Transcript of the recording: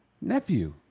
nephew